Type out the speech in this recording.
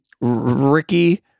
Ricky